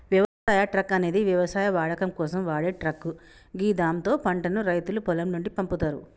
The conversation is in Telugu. వ్యవసాయ ట్రక్ అనేది వ్యవసాయ వాడకం కోసం వాడే ట్రక్ గిదాంతో పంటను రైతులు పొలం నుండి పంపుతరు